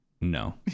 no